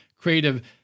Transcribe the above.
creative